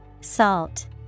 Salt